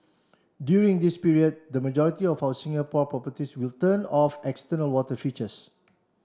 during this period the majority of our Singapore properties will turn off external water features